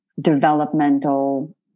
developmental